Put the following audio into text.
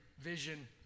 vision